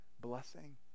blessing